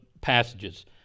passages